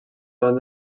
davant